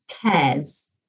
cares